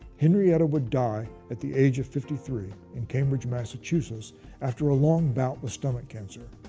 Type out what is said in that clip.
henrietta would die at the age of fifty three in cambridge, massachusetts after a long bout with stomach cancer.